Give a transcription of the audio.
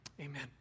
Amen